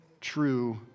true